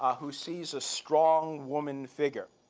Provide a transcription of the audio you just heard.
ah who sees a strong woman figure.